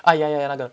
ah ya ya ya 那个